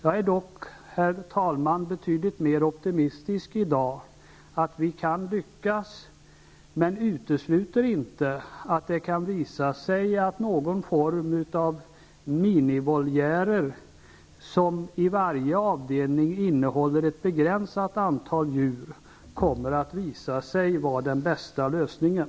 Jag är dock i dag betydligt mer optimistisk att vi kan lyckas, men utesluter inte att det kan visa sig att någon form av minivoljärer -- som i varje avdelning innehåller ett begränsat antal djur -- kommer att visa sig vara den bästa lösningen.